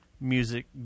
music